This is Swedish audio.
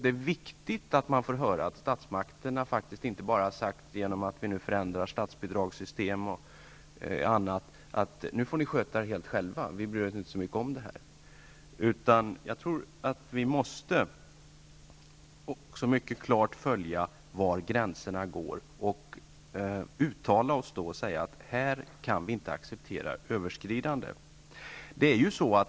Det är viktigt att få höra att statsmakterna inte enbart säger: På grund av att statsbidragssystem m.m. nu ändras får ni nu sköta er helt själva, vi bryr oss inte så mycket om det här längre. Man måste mycket noga se var gränserna går och uttala sig om var det inte går att acceptera ett överskridande.